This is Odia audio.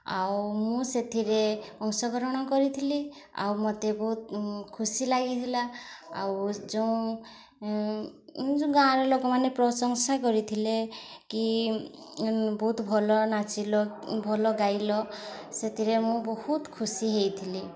ଆଉ ମୁଁ ସେଥିରେ ଅଂଶଗ୍ରହଣ କରିଥିଲି ଆଉ ମୋତେ ବହୁତ ଖୁସି ଲାଗିଥିଲା ଆଉ ଯେଉଁ ଯେଉଁ ଗାଁରେ ଲୋକମାନେ ପ୍ରଶଂସା କରିଥିଲେ କି ବହୁତ ଭଲ ନାଚିଲ ଭଲ ଗାଇଲ ସେଥିରେ ମୁଁ ବହୁତ ଖୁସି ହୋଇଥିଲି